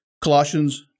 Colossians